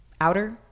outer